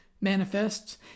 manifests